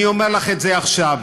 אני אומר לך את זה עכשיו: